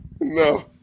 No